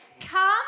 come